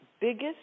biggest